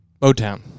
Motown